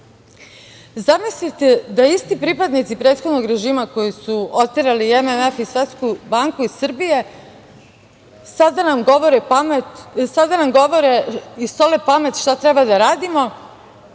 Evropi. Zamislite da isti pripadnici prethodnog režima, koji su oterali MMF i Svetsku banku iz Srbije, sada nam govore i sole pamet šta treba da radimo,